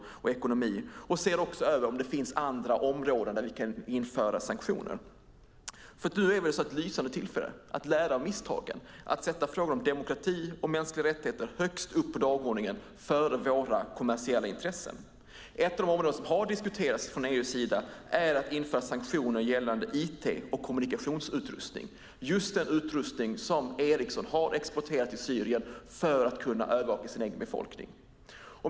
Man bör också se över om det finns andra områden där vi kan införa sanktioner. Nu är det ett lysande tillfälle att lära av misstagen och sätta frågan om demokrati och mänskliga rättigheter högst upp på dagordningen före våra kommersiella intressen. Ett av de områden som har diskuterats i EU är att införa sanktioner gällande it och kommunikationsutrustning, just sådan utrustning som Ericsson har exporterat till Syrien för att man ska kunna övervaka sin egen befolkning.